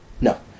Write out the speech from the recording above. No